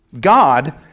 God